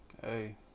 hey